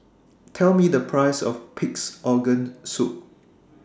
Tell Me The Price of Pig'S Organ Soup